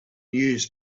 used